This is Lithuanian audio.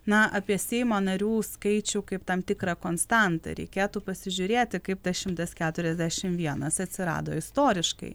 na apie seimo narių skaičių kaip tam tikrą konstantą reikėtų pasižiūrėti kaip tas šimtas keturiasdešim vienas atsirado istoriškai